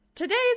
today's